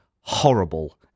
horrible